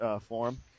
forum